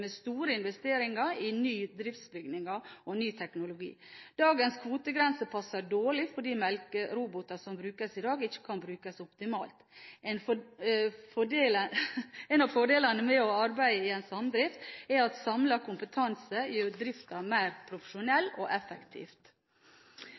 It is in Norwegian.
med svak økonomi i forbindelse med store investeringer i nye driftsbygninger og ny teknologi. Dagens kvotegrense passer dårlig fordi melkerobotene som brukes i dag, ikke kan brukes optimalt. En av fordelene med å arbeide i en samdrift er at samlet kompetanse gjør driften mer